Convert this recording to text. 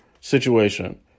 situation